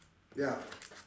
ya